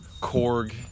korg